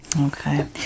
Okay